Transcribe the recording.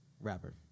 rapper